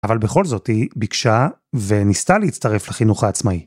אבל בכל זאת היא ביקשה וניסתה להצטרף לחינוך העצמאי.